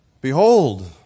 Behold